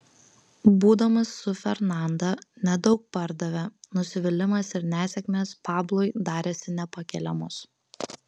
būdamas su fernanda nedaug pardavė nusivylimas ir nesėkmės pablui darėsi nepakeliamos